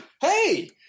Hey